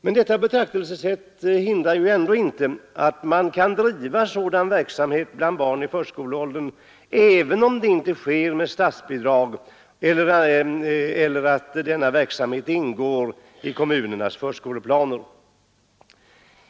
Men detta betraktelsesätt hindrar ändå inte att man kan driva sådan verksamhet bland barn i förskoleåldern även om det inte sker med statsbidrag eller att denna verksamhet ingår i kommunernas förskoleplaner.